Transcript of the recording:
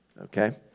Okay